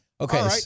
Okay